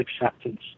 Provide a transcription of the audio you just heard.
acceptance